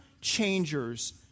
changers